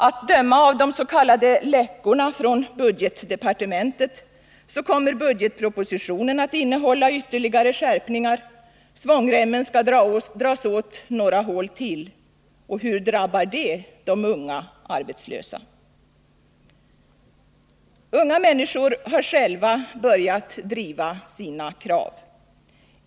Att döma av de s.k. läckorna från budgetdepartementet kommer budgetpropositionen att innehålla ytterligare skärpningar. Svångremmen skall dras åt några hål till. Hur drabbar det de unga arbetslösa? Unga människor har själva börjat driva sina krav.